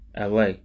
LA